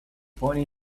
pointing